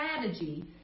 strategy